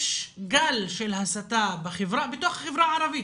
יש גל של הסתה בתוך החברה הערבית,